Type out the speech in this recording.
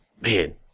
man